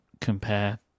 compare